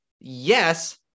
yes